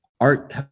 art